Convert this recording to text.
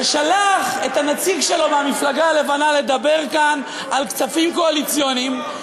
ששלח את הנציג שלו מהמפלגה הלבנה לדבר כאן על כספים קואליציוניים,